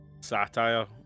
satire